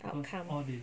outcome